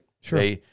Sure